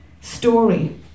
story